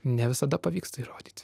ne visada pavyksta įrodyti